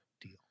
deal